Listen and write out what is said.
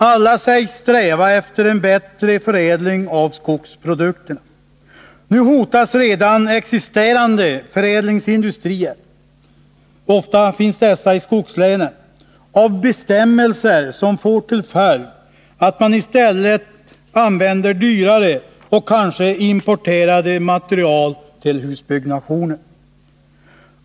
Alla sägs sträva efter en bättre förädling av skogsprodukterna. Nu hotas redan existerande förädlingsindustrier — ofta finns dessa i skogslänen — av bestämmelser som får till följd att man i stället använder dyrare och kanske importerade material till husbyggnationen.